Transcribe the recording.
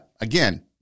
again